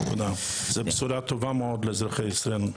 זו בשורה טובה מאוד לאזרחי ישראל.